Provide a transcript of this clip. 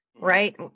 right